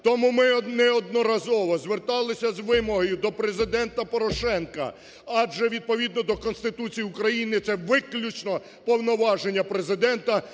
Тому ми неодноразово зверталися з вимогою до Президента Порошенка адже відповідно до Конституції України це виключно повноваження Президента